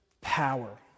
power